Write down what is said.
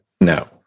no